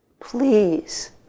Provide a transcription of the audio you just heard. Please